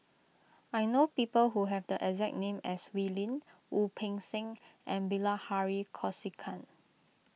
I know people who have the exact name as Wee Lin Wu Peng Seng and Bilahari Kausikan